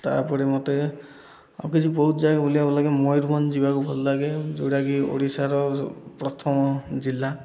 ତା'ପରେ ମୋତେ ଆଉ କିଛି ବହୁତ ଜାଗା ବୁଲିବାକୁ ଲାଗେ ମୟୂରଭଞ୍ଜ ଯିବାକୁ ଭଲ ଲାଗେ ଯେଉଁଟାକି ଓଡ଼ିଶାର ପ୍ରଥମ ଜିଲ୍ଲା